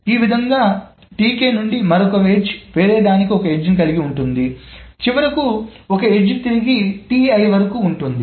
ఈ విధముగా నుండి మరొక ఎడ్జ్ వేరే దానికి ఒక ఎడ్జ్ ని కలిగి ఉంటుందిచివరకు ఒక ఎడ్జ్ తిరిగి వరకు ఉంటుంది